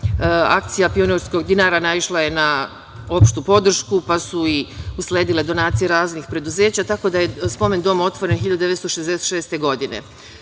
Akcija pionira naišla je na opštu podršku, pa su i usledile donacije raznih preduzeća, tako da je otvoren Spomen dom otvoren 1966. godine.